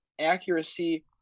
accuracy